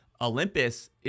Olympus